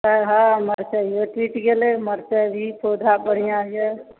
हँ हरा मिरचाइयो टुटि गेलै मरचाइयो भी पौधा बढ़िऑं यऽ